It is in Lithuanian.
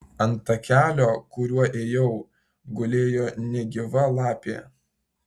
ant takelio kuriuo ėjau gulėjo negyva lapė